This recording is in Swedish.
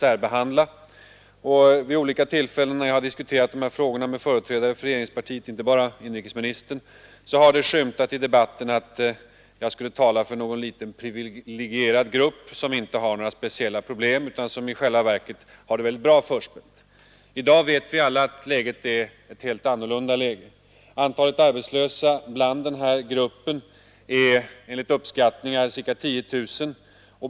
Därtill kan läggas, att när jag vid olika tillfällen diskuterat dessa frågor med företrädare för regeringspartiet, inte bara med inrikesministern, har det skymtat i debatten att man anser att jag skulle tala för någon liten priviligierad grupp som saknar problem och som i själva verket har det väldigt bra förspänt. I dag vet vi alla att läget är helt annorlunda. Antalet arbetslösa inom denna grupp är enligt uppskattningar ca 10000.